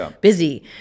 busy